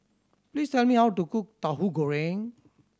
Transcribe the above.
please tell me how to cook Tauhu Goreng